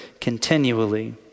continually